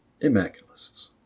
immaculists